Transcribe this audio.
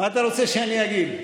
מה אתה רוצה שאני אגיד?